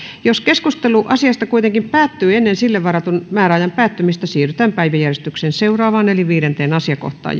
jos keskustelu asiasta kuitenkin päättyy ennen sille varatun määräajan päättymistä siirrytään päiväjärjestyksen seuraavaan eli viidenteen asiakohtaan